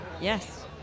Yes